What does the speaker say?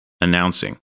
Announcing